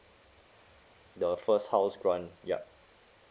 the first house grant ya